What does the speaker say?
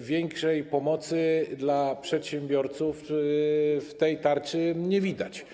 większej pomocy dla przedsiębiorców w tej tarczy nie widać.